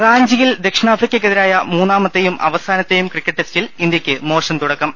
റാഞ്ചിയിൽ ദക്ഷിണാഫ്രിക്കക്കെതിരായ മൂന്നാമത്തേയും അവ സാനത്തേയും ക്രിക്കറ്റ് ടെസ്റ്റിൽ ഇന്ത്യക്ക് മോശം തുടക്കം